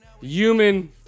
Human